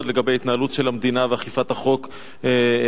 לגבי התנהלות של המדינה ואכיפת החוק בהר-הבית,